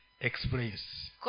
explains